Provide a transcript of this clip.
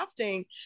crafting